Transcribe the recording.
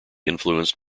influenced